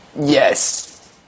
Yes